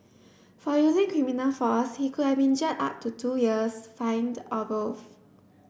for using criminal force he could have been jailed up to two years fined or both